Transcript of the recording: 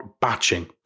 batching